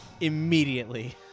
immediately